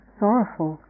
sorrowful